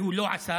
והוא לא עשה.